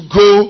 go